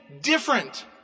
different